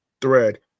thread